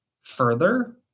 further